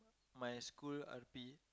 my school R_P